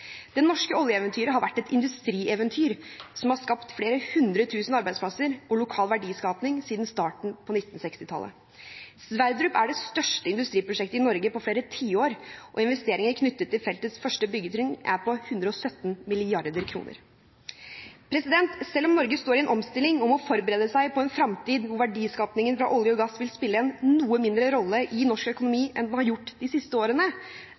Det norske oljeeventyret har vært et industrieventyr som har skapt flere hundre tusen arbeidsplasser og lokal verdiskaping siden starten på 1960-tallet. Sverdrup er det største industriprosjektet i Norge på flere tiår, og investeringene knyttet til feltets første byggetrinn er på 117 mrd. kr. Selv om Norge står i en omstilling og må forberede seg på en fremtid hvor verdiskapingen fra olje og gass vil spille en noe mindre rolle i norsk økonomi enn den har gjort de siste årene,